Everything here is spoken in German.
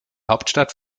hauptstadt